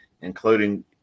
including